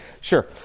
Sure